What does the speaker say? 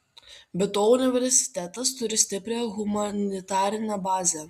be to universitetas turi stiprią humanitarinę bazę